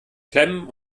klemmen